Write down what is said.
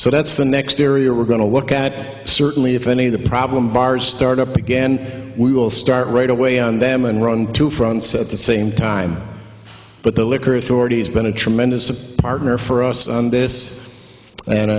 so that's the next area we're going to look at certainly if any of the problem bars start up again we will start right away on them and run two fronts at the same time but the liquor authority has been a tremendous a partner for us on this and